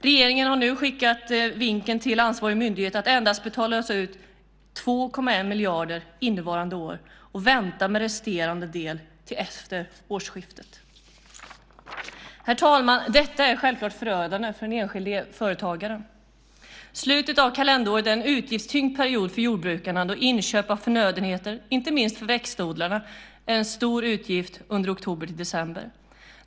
Regeringen har nu skickat vinken till ansvarig myndighet att betala ut endast 2,1 miljarder innevarande år och vänta med resterande del till efter årsskiftet. Herr talman! Detta är självklart förödande för den enskilda företagaren. Slutet av kalenderåret är en utgiftstyngd period för jordbrukarna då inköp av förnödenheter, inte minst för växtodlarna, är en stor utgift under oktober-december.